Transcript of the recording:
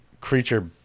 creature